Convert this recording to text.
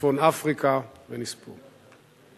בצפון אפריקה, ונספו.